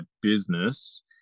business